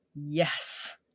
Yes